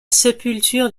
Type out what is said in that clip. sépulture